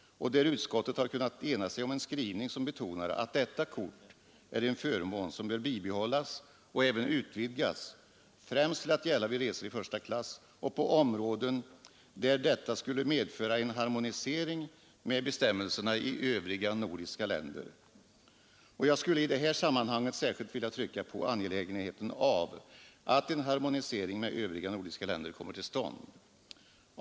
Utskottet har kunnat ena sig om en skrivning som betonar att detta kort är en förmån som bör bibehållas och även utvidgas, främst till att gälla vid resor i första klass och på områden där detta skulle medföra en harmonisering med bestämmelserna i övriga nordiska länder. Jag skulle i det här sammanhanget särskilt vilja trycka på angelägenheten av att en harmonisering med övriga nordiska länder kommer till stånd.